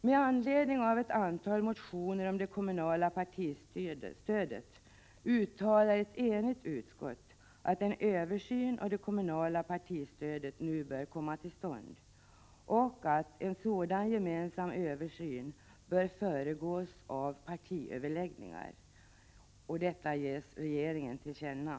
Med anledning av ett antal motioner om det kommunala partistödet uttalar ett enigt utskott att en översyn av det kommunala partistödet nu bör komma till stånd, att en sådan gemensam översyn bör föregås av partiöverläggningar och att detta ges regeringen till känna.